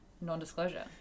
non-disclosure